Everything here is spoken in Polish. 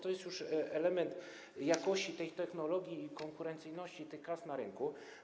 To jest już element jakości technologii i konkurencyjności tych kas na rynku.